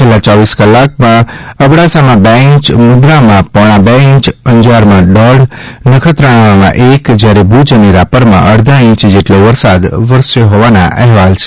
છેલ્લા ચોવીસ કલાકમાં અબડાસામાં બે ઇંચ મુંદ્રામાં પોણા બે ઇંચ અંજારમાં ડોઢ નખત્રાણામાં એક ઇંચ જ્યારે ભૂ અને રાપરમાં અડધા ઇંચ જેટલો વરસાદ વરસ્યો હતો